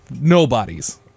nobodies